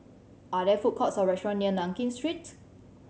are there food courts or restaurant near Nankin Street